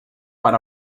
para